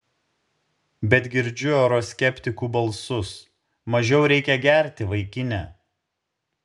bet girdžiu euroskeptikų balsus mažiau reikia gerti vaikine